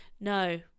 No